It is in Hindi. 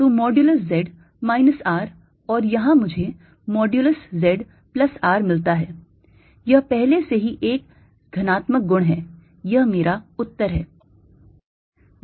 तो modulus z minus R और यहां मुझे module z plus R मिलता है यह पहले से ही एक धनात्मक गुण है यह मेरा उत्तर है